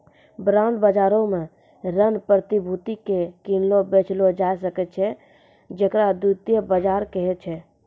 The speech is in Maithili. बांड बजारो मे ऋण प्रतिभूति के किनलो बेचलो जाय सकै छै जेकरा द्वितीय बजार कहै छै